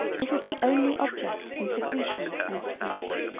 this is the only object in secretion and speech.